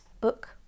book